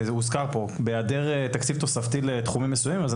שבהיעדר תקציב תוספתי לתחומים מסוימים אנחנו